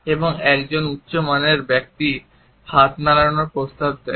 এবং একজন উচ্চ মানের ব্যক্তি হাত নাড়ানোর প্রস্তাব দেয়